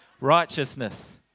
righteousness